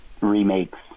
remakes